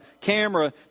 camera